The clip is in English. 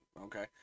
okay